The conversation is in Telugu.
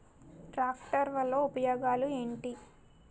ట్రాక్టర్ వల్ల ఉపయోగాలు ఏంటీ?